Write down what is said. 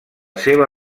seva